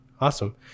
Awesome